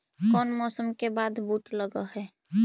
कोन मौसम के बाद बुट लग है?